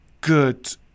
good